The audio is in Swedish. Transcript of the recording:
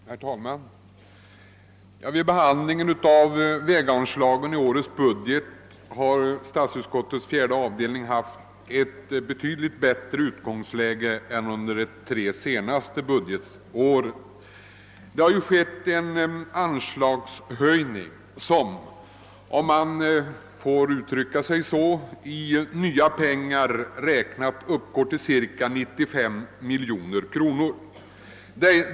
Herr talman! Vid behandlingen av väganslagen i årets budget har statsutskottets fjärde avdelning haft ett betydligt bättre utgångsläge än under de tre senaste budgetåren. Det har i budgeten skett en anslagshöjning som — om man får uttrycka sig så — i nya pengar räknat uppgår till cirka 95 miljoner kronor.